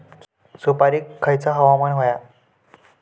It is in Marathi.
सुपरिक खयचा हवामान होया?